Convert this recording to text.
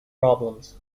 problems